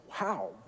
wow